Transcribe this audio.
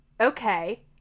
Okay